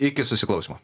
iki susiklausymo